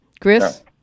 Chris